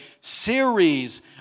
series